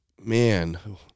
man